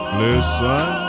listen